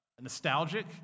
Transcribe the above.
nostalgic